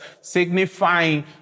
signifying